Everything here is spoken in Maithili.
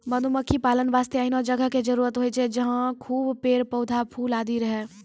मधुमक्खी पालन वास्तॅ एहनो जगह के जरूरत होय छै जहाँ खूब पेड़, पौधा, फूल आदि रहै